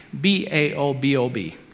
B-A-O-B-O-B